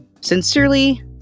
Sincerely